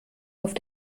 auf